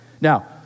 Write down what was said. Now